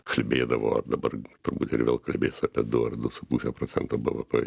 kalbėdavo ar dabar turbūt ir vėl kalbės apie du ar du su puse procento bvp